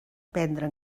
prendre